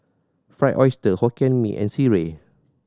Fried Oyster Hokkien Mee and sireh